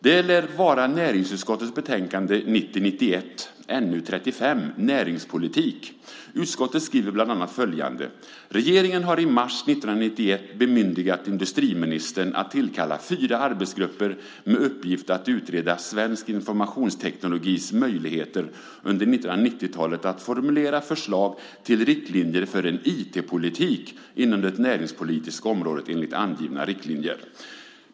Det lär ha varit i näringsutskottets betänkande 1990/91:NU35 med titeln Näringspolitik . Där skriver utskottet bland annat följande: "Regeringen har i mars 1991 bemyndigat industriministern att tillkalla fyra arbetsgrupper med uppgift att utreda svensk informationsteknologis möjligheter under 1990-talet och formulera förslag till riktlinjer för en IT-politik inom det näringspolitiska området enligt angivna riktlinjer."